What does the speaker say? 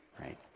Right